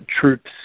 troops